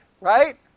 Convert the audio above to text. right